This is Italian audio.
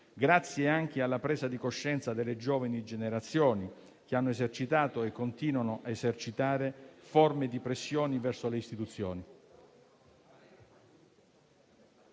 grazie anche alla presa di coscienza delle giovani generazioni, che hanno esercitato e continuano a esercitare forme di pressione verso le istituzioni.